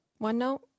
OneNote